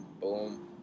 boom